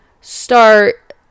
start